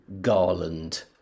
garland